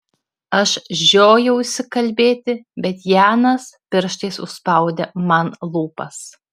aš žiojausi kalbėti bet janas pirštais užspaudė man lūpas